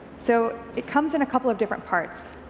so it comes in a couple of different parts.